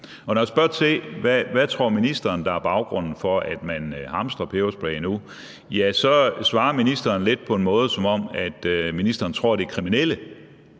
Når jeg spørger til, hvad ministeren tror er baggrunden for, at man hamstrer peberspray nu, svarer ministeren lidt på en måde, som om ministeren tror, det er kriminelle,